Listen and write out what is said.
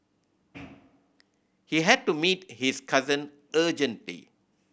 he had to meet his cousin urgently